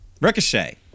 Ricochet